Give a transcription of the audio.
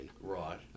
Right